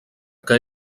que